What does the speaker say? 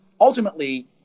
ultimately